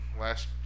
last